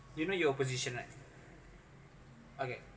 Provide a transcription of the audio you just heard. you know you opposition right okay